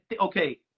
okay